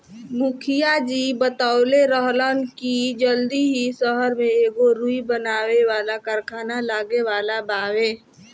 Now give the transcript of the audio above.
मुखिया जी बतवले रहलन की जल्दी ही सहर में एगो रुई बनावे वाला कारखाना लागे वाला बावे